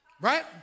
right